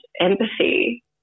empathy